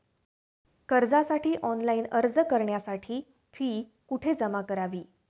कर्जासाठी ऑनलाइन अर्ज करण्यासाठी फी कुठे जमा करावी?